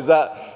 za naše